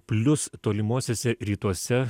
plius tolimuosiuose rytuose